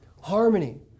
harmony